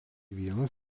vienas